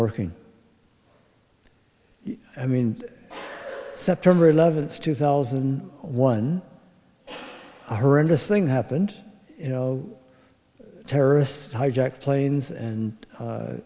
working i mean september eleventh two thousand one her endless thing happened you know terrorists hijacked planes and